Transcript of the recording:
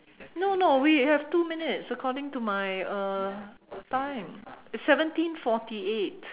no no we have two minutes according to my uh time it's seventeen forty eight